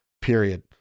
period